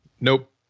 Nope